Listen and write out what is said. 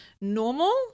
normal